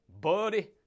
Buddy